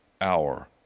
hour